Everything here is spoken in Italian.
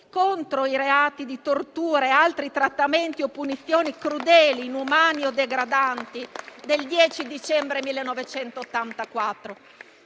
contro la tortura e altri trattamenti o punizioni crudeli, inumani o degradanti del 10 dicembre 1984;